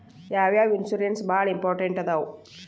ಯಾವ್ಯಾವ ಇನ್ಶೂರೆನ್ಸ್ ಬಾಳ ಇಂಪಾರ್ಟೆಂಟ್ ಅದಾವ?